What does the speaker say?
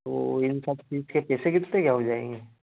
तो इन सबकी क्या पैसे कितने क्या हो जाएँगे